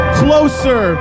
closer